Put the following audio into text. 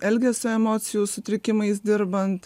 elgesio emocijų sutrikimais dirbant